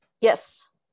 Yes